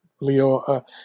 Leo